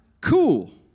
cool